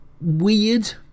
weird